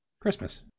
Christmas